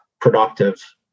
productive